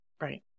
Right